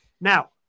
Now